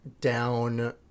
down